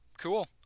Cool